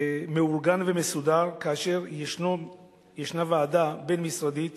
מאורגן ומסודר, כאשר ישנה ועדה בין-משרדית